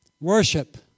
Worship